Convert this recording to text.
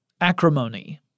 acrimony